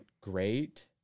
great